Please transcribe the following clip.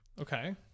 okay